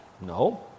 No